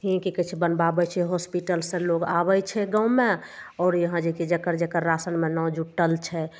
ही की कहय छै बनबाबय छै की कहय छै हॉस्पिटलसँ लोग आबय छै गाँवमे आओर यहाँ जे कि जकर जकर राशनमे नाम जुटल छै